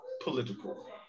political